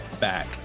back